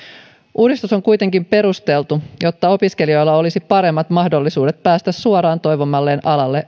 uudistus on kuitenkin perusteltu jotta opiskelijoilla olisi paremmat mahdollisuudet päästä opiskelemaan suoraan toivomalleen alalle